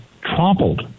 trampled